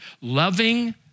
Loving